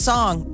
Song